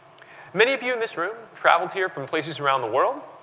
many of you in this room traveled here from places around the world,